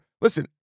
listen